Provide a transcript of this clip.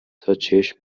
تاچشم